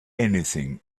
anything